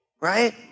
right